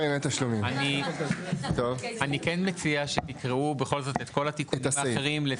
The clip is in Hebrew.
אני כן מציע שתקראו בכל זאת את כל התיקונים האחרים.